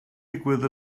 digwydd